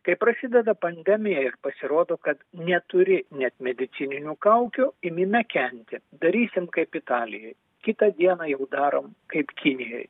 kai prasideda pandemija ir pasirodo kad neturi net medicininių kaukių imi mekenti darysim kaip italijoj kitą dieną jau darom kaip kinijoj